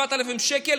7,000 שקל,